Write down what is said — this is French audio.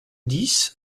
dix